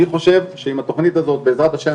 אני חושב שאם התכנית הזאת, בעזרת ה',